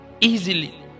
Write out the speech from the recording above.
easily